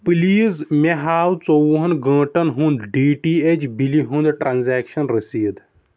please مےٚ ہاو ژۄوُہن گنٛٹن ہُنٛد ڈی ٹی ایٚچ بِلہِ ہُنٛد ٹرٛانٛزیکشن رٔسیٖد